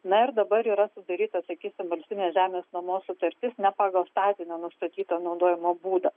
na ir dabar yra sudarytas sakysim valstybinės žemės nuomos sutartis na pagal statinio nustatytą naudojimo būdą